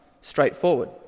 Straightforward